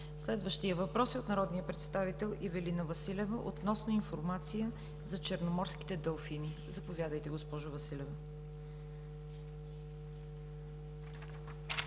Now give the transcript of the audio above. Следващият въпрос е от народния представител Ивелина Василева относно информация за черноморските делфини. Заповядайте, госпожо Василева.